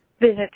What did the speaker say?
visit